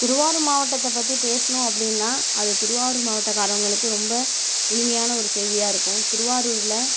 திருவாரூர் மாவட்டத்தை பற்றி பேசுணும் அப்படின்னா அது திருவாரூர் மாவட்டக்காரவங்களுக்கு ரொம்ப இனிமையான ஒரு செய்தியாக இருக்கும் திருவாரூரில்